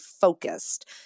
focused